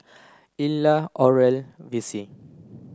Illa Oral Vicie